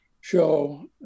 show